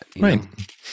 Right